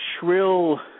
shrill